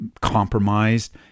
compromised